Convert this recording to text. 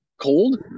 Cold